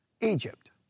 Egypt